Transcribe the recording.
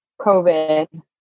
COVID